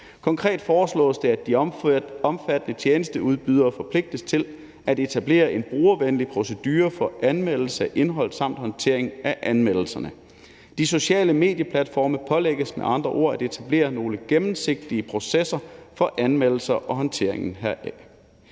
Konkret foreslås det, at de omfattede tjenesteudbydere forpligtes til at etablere en brugervenlig procedure for anmeldelse af indhold samt håndtering af anmeldelserne. De sociale medieplatforme pålægges med andre ord at etablere nogle gennemsigtige processer for anmeldelser og håndteringen heraf.